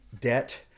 debt